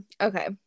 Okay